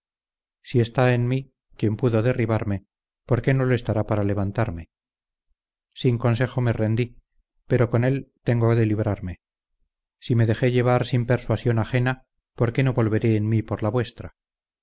si esta en mi quien pudo derribarme por qué no lo estará para levantarme sin consejo me rendí pero con él tengo de librarme si me dejé llevar sin persuasión ajena por qué no volveré en mí por la vuestra